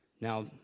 Now